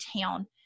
town